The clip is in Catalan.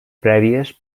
prèvies